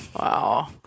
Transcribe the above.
Wow